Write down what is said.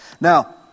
Now